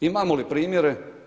Imamo li primjere?